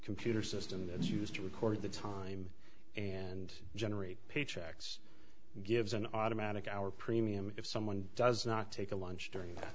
computer system that is used to record the time and generate paychecks gives an automatic our premium if someone does not take a lunch during